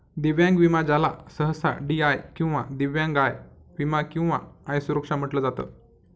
दिव्यांग विमा ज्याला सहसा डी.आय किंवा दिव्यांग आय विमा किंवा आय सुरक्षा म्हटलं जात